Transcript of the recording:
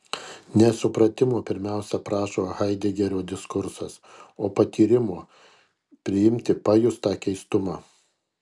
ne supratimo pirmiausia prašo haidegerio diskursas o patyrimo priimti pajustą keistumą